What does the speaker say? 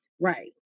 Right